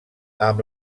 amb